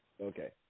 Okay